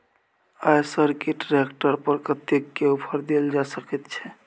आयसर के ट्रैक्टर पर कतेक के ऑफर देल जा सकेत छै?